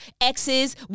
exes